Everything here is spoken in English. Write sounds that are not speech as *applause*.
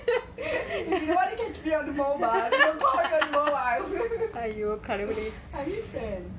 *laughs* what you can you do to be on the mobile I will call you on the mobile *laughs* I miss friends